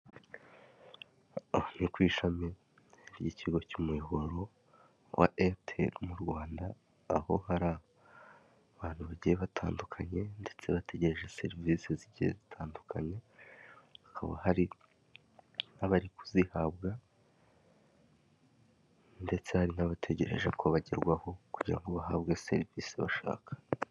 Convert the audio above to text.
Aha ni ku ishami ry'ikigo cy'umuyoboro wa Eyateri mu Rwanda, aho hari abantu bagiye batandukanye ndetse bategereje serivisi zigiye zitandukanye, hakaba hari abari kuzihabwa ndetse hari n'abategereje ko bagerwaho kugira ngo bahabwe serivisi bashaka.